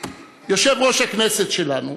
יושב-ראש הכנסת שלנו